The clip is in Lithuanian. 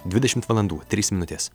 dvidešimt valandų trys minutės